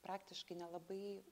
praktiškai nelabai